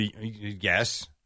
Yes